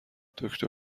دکتر